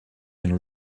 can